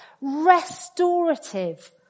restorative